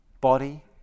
body